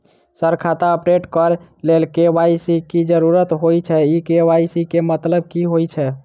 Sir खाता update करऽ लेल के.वाई.सी की जरुरत होइ छैय इ के.वाई.सी केँ मतलब की होइ छैय?